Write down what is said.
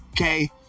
okay